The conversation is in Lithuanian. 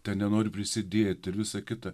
ten nenori prisidėti ir visa kita